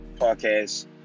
podcast